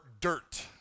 dirt